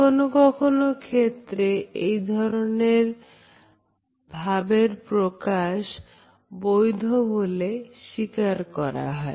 কখনো কখনো ক্ষেত্রে এ ধরনের ভাবের প্রকাশ বৈধ বলে স্বীকার করা হয়